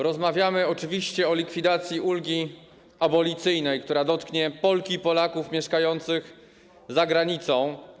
Rozmawiamy oczywiście o likwidacji ulgi abolicyjnej, która dotknie Polki i Polaków mieszkających za granicą.